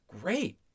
great